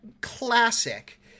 Classic